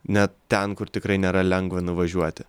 net ten kur tikrai nėra lengva nuvažiuoti